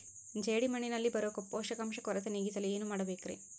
ಜೇಡಿಮಣ್ಣಿನಲ್ಲಿ ಬರೋ ಪೋಷಕಾಂಶ ಕೊರತೆ ನೇಗಿಸಲು ಏನು ಮಾಡಬೇಕರಿ?